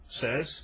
says